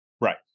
Right